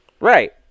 Right